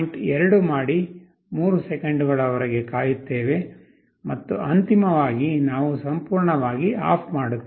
2 ಮಾಡಿ 3 ಸೆಕೆಂಡುಗಳವರೆಗೆ ಕಾಯುತ್ತೇವೆ ಮತ್ತು ಅಂತಿಮವಾಗಿ ನಾವು ಸಂಪೂರ್ಣವಾಗಿ ಆಫ್ ಮಾಡುತ್ತೇವೆ